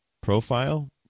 profile